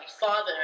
father